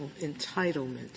entitlement